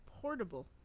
portable